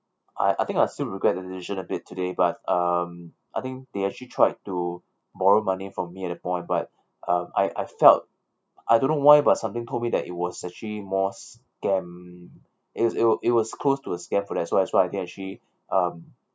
I I think I still regret the decision a bit today but um I think they actually tried to borrow money from me at that point but uh I I felt I don't know why but something told me that it was actually more scam it is it was it was close to a scam for that that's why I actually um